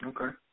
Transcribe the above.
Okay